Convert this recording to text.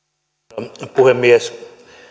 arvoisa puhemies